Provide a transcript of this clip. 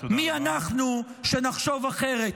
מי אנחנו שנחשוב אחרת?